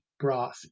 broth